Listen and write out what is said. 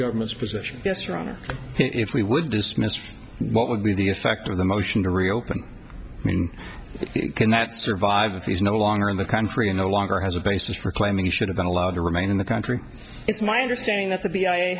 government's position yes your honor if we were dismissed what would be the effect of the motion to reopen it cannot survive if he's no longer in the country and no longer has a basis for claiming he should have been allowed to remain in the country it's my understanding that the b i